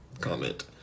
comment